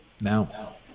now